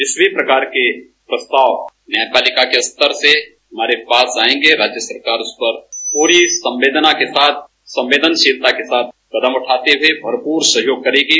जिस भी प्रकार के प्रस्ताव न्यायपालिका के स्तर से हमारे पास आयेंगे राज्य सरकार उसे पूरी संवेदना के साथ संवेदनशीलता के साथ कदम उठाते हुए भरपूर सहयोग करेंगे